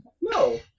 no